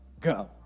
go